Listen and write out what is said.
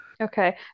Okay